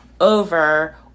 over